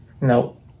Nope